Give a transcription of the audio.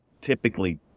typically